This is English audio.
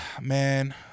Man